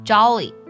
Jolly